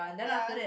ya